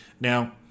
now